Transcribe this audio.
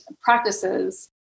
practices